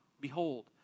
behold